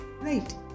right